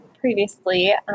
previously